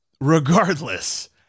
regardless